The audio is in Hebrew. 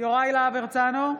יוראי להב הרצנו,